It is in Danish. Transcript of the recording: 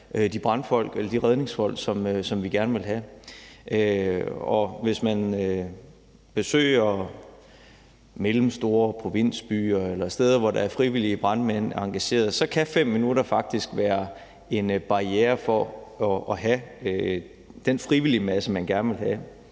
at rekruttere de redningsfolk, som vi gerne vil have, og hvis man besøger mellemstore provinsbyer eller andre steder, hvor der er frivillige brandmænd engageret, så kan man faktisk også se, at 5 minutter kan være en barriere for at have den frivilligemasse, man gerne vil have.